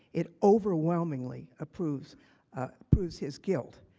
it overwhelmingly ah proving proving his guilt.